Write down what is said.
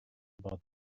about